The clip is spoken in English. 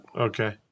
okay